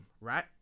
right